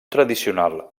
tradicional